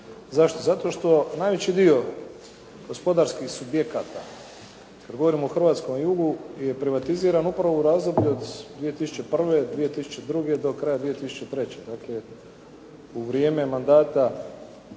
Zašto? Zato što najveći dio gospodarskih subjekata kad govorimo o hrvatskom jugu je privatiziran upravo u razdoblju od 2001., 2002. do kraja 2003., dakle u vrijeme mandata